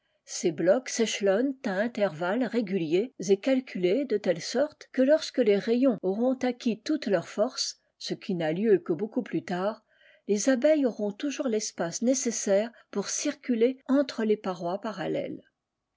ces blocs s'échelonnent à intervalles réguliers et calculés dételle sorte que lorsque les rayons auront acquis toute leur force ce qui n'a lieu que beaucoup plus tard les abeilles auront toujours tespace nécessaire pour circuler entre les parois parallèles